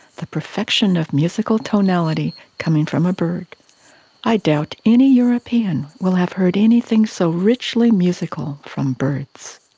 the perfection of musical tonality coming from a bird i doubt any european will have heard anything so richly musical from birds.